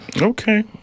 Okay